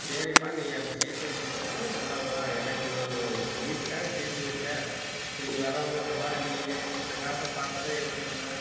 சரிப்பா நீ அப்படி சேர்த்து வைக்கிறதுனால் நல்லது தான் எனக்கு இது ஒரு பிரியத்துக்காக சேர்த்தி வைச்சேன் இனி வர்றவங்க பார் நீயே இந்த காசை பார்த்ததும் என்ன சொன்ன